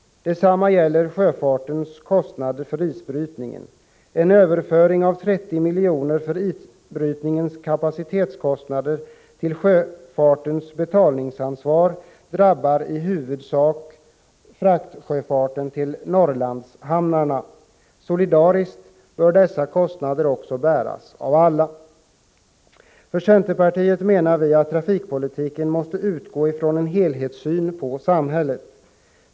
Detsamma gäller sjöfartens kostnader för isbrytningen. En överföring av 30 milj.kr. för isbrytningens kapacitetskostnader till sjöfartens betalningsansvar drabbar i huvudsak fraktsjöfarten till Norrlandshamnarna. Solidariskt bör dessa kostnader bäras av alla. Från centerpartiet menar vi att trafikpolitiken måste utgå ifrån en helhetssyn på samhället.